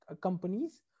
companies